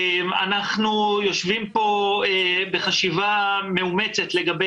אנחנו יושבים פה בחשיבה מאומצת לגבי